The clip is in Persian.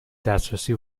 دسترسی